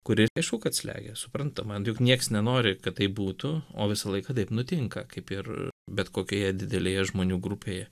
kuri aišku kad slegia suprantama juk nieks nenori kad taip būtų o visą laiką taip nutinka kaip ir bet kokioje didelėje žmonių grupėje